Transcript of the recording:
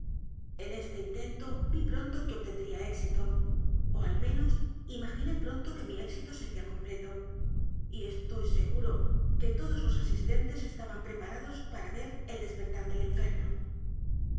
en este intento vi pronto que obtendría éxito ó al menos imaginé pronto que mi éxito sería completo y estoy seguro que todos los asistentes estaban preparados p a r a ver el despertar del enfermo